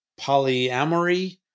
polyamory